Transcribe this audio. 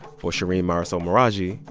for shereen marisol meraji,